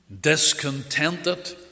discontented